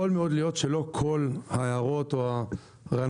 יכול מאוד להיות שלא כל ההערות או הרעיונות